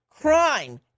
crime